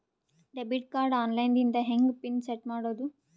Debit card online ದಿಂದ ಹೆಂಗ್ PIN set ಮಾಡೋದು?